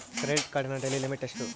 Credit ಕಾರ್ಡಿನ daily limit ಎಷ್ಟು?